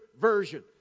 version